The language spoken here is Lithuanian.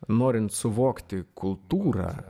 norint suvokti kultūrą